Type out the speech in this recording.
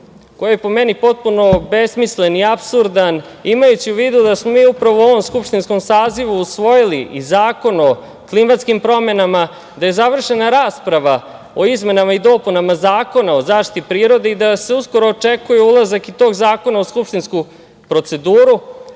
koji je po meni potpuno besmislen i apsurdan, imajući u vidu da smo mi upravo u ovom skupštinskom sazivu usvojili i Zakon o klimatskim promenama, gde je završena rasprava o izmenama i dopunama Zakona o zaštiti prirode i da se uskoro očekuje ulazak i tog zakona u skupštinsku proceduru. Na